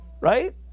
Right